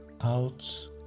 out